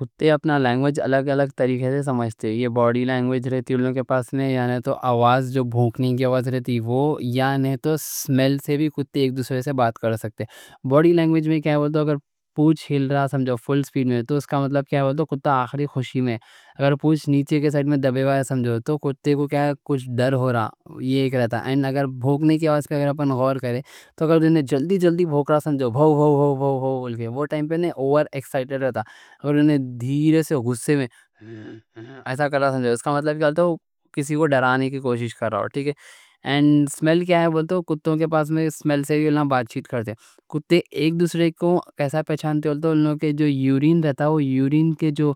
کتے اپنا لینگویج الگ الگ طریقے سے سمجھتے. یہ باڈی لینگویج رہتی ہے، یعنی تو آواز جو بھونکنے کی آواز رہتی ہے، یعنی تو سمیل سے بھی کتے ایک دوسرے سے بات کر سکتے. باڈی لینگویج میں کیا ہے؟ اگر پونچھ ہل رہا سمجھو فل سپیڈ میں تو اس کا مطلب کیا ہے؟ کتا آخری خوشی میں. اگر پونچھ نیچے کے سائیڈ میں دبے بائے سمجھو تو کتے کو کیا کچھ ڈر ہو رہا، یہ ایک رہتا ہے. اور اگر بھونکنے کی آواز پر ہم غور کریں تو اگر انہیں جلدی جلدی بھونک رہا سمجھو، بھو بھو بھو بھو بھو، وہ ٹائم پر انہیں اور ایکسائیٹڈ رہتا. اور انہیں دھیرے سے غصے میں ایسا کر رہا سمجھو، اس کا مطلب کیا ہے؟ کسی کو ڈرانے کی کوشش کر رہا. اور سمیل کیا ہے؟ کتوں کے پاس میں سمیل سے بات چیت کرتے. کتے ایک دوسرے کو کیسا پہچانتے ہوتے؟ ان لوگوں کے جو یورین رہتا، وہ یورین کے جو